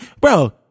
Bro